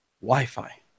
Wi-Fi